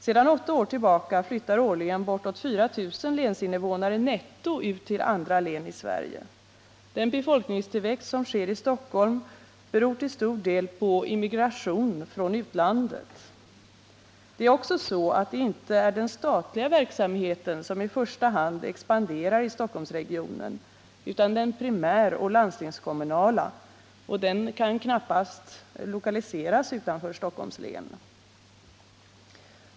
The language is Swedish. Sedan åtta år tillbaka flyttar årligen bortåt 4 000 länsinvånare netto ut till andra län i Sverige. Den befolkningstillväxt som sker i Stockholm beror till stor del på immigration från utlandet. Det är också så att det inte är den statliga verksamheten som i första hand expanderar i Stockholmsregionen utan den primäroch landstingskommunala — och den kan knappast lokaliseras utanför Stockholms län.